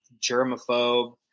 germaphobe